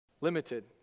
Limited